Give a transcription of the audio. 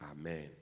Amen